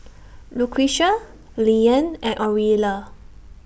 Lucretia Leeann and Orilla